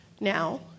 now